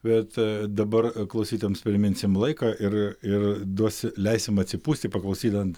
bet dabar klausytojams priminsim laiką ir ir duos leisim atsipūsti paklausydant